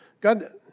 God